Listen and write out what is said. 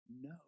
no